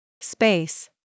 Space